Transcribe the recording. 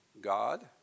God